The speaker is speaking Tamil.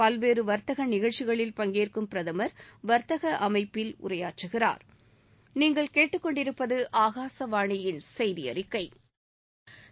பல்வேறு வாத்தக நிகழ்ச்சிகளில் பங்கேற்கும் பிரதமா் வாத்தக அமைப்பில் உரையாற்றுகிறாா்